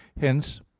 Hence